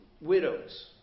widows